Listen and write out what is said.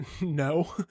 no